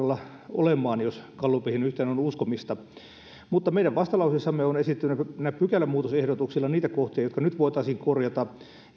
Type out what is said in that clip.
olemaan jos gallupeihin yhtään on uskomista meidän vastalauseessamme on esitettynä pykälämuutosehdotuksilla niitä kohtia jotka nyt voitaisiin korjata